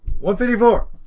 154